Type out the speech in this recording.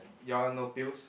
your one no pills